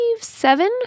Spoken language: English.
seven